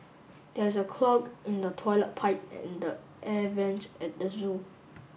there is a clog in the toilet pipe and the air vents at the zoo